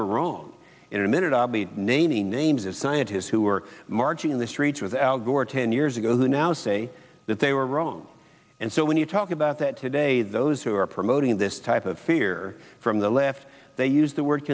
were wrong in a minute i'll be naming names of scientists who were marching in the streets with al gore ten years ago who now say that they were wrong and so when you talk about that today those who are promoting this type of fear from the left they use the word